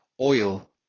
oil